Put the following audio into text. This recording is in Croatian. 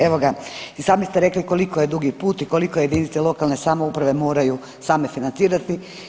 Evo ga, i sami ste rekli koliko je dugi put i koliko jedinice lokalne samouprave moraju same financirati.